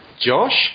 Josh